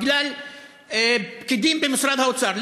בגלל פקידים במשרד האוצר.